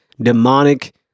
demonic-